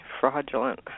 fraudulent